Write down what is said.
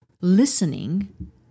listening